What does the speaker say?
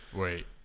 Wait